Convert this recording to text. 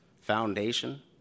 Foundation